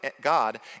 God